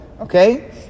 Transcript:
Okay